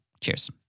Cheers